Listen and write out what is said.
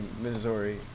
Missouri